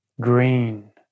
green